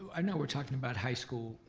i know we're talking about high school